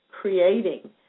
creating